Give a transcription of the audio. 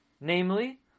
Namely